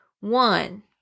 one